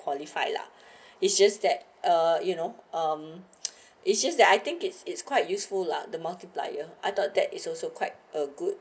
qualify lah it's just that uh you know it's just that I think it's it's quite useful lah the multiplier I thought that is also quite a good